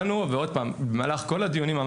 במהלך כל הדיונים,